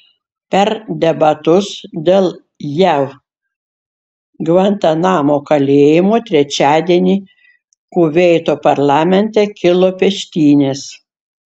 per debatus dėl jav gvantanamo kalėjimo trečiadienį kuveito parlamente kilo peštynės